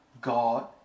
God